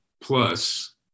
plus